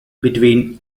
between